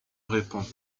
répond